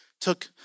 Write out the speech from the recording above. Took